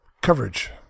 coverage